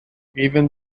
even